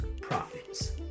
prophets